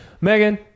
megan